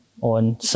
on